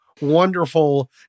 wonderful